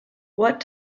what